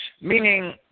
meaning